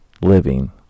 living